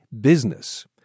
business